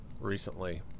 recently